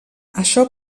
això